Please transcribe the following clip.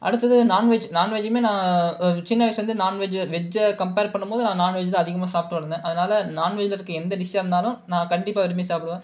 அடுத்தது நான்வெஜ் நான்வெஜ்ஜூமே நான் சின்ன வயசுலேருந்து நான்வெஜ் வெஜ்ஜை கம்பேர் பண்ணும் போது நான் நான்வெஜ் தான் அதிகமாக சாப்பிட்டு வளர்ந்தே அதனால் நான்வெஜ்ஜில் இருக்கற எந்த டிஷ்ஷாக இருந்தாலும் நான் கண்டிப்பாக விரும்பி சாப்பிடுவ